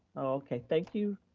okay, thank you.